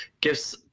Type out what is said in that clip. gives